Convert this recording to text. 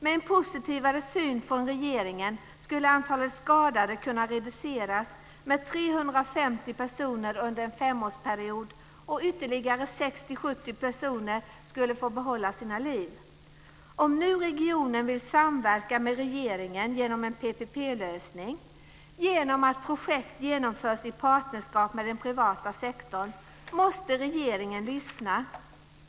Med en positivare syn från regeringen skulle antalet skadade kunna reduceras med 350 personer under en femårsperiod, och ytterligare 60 70 personer skulle få behålla sina liv. Om nu regionen vill samverka med regeringen genom en PPP-lösning genom att projekt genomförs i partnerskap med den privata sektorn måste regeringen lyssna.